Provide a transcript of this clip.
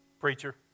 Preacher